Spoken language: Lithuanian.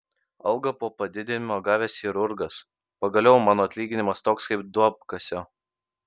algą po padidinimo gavęs chirurgas pagaliau mano atlyginimas toks kaip duobkasio